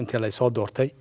until i saw dorothy